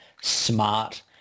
smart